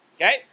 okay